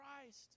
Christ